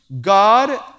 God